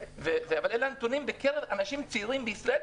אלה הנתונים לגבי המוות בקרב אנשים צעירים בישראל.